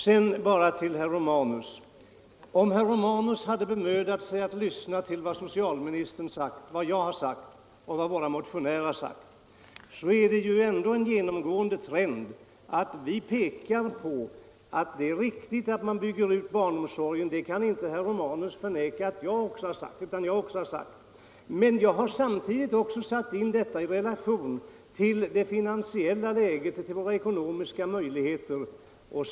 Om herr Romanus hade bemödat sig att lyssna till vad socialministern har sagt, vad jag har sagt och vad våra motionärer har sagt så hade han funnit att det är en genomgående trend att vi pekar på behovet att bygga ut barnomsorgen — det kan inte herr Romanus förneka att jag också har gjort. Men jag har samtidigt satt denna utbyggnad i relation till det finansiella läget och till våra ekonomiska möjligheter.